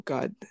God